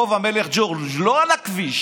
ברח' המלך ג'ורג'" לא על הכביש,